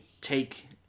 take